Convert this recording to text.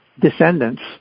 descendants